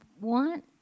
want